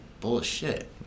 Bullshit